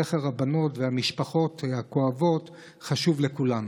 זכר הבנות והמשפחות הכואבות חשוב לכולנו.